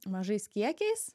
mažais kiekiais